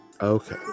Okay